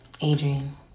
Adrian